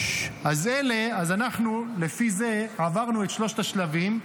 אז אנחנו לפי זה עברנו את שלושת השלבים,